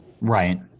Right